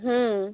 হুম